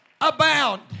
abound